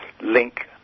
link